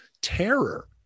terror